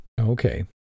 Okay